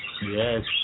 Yes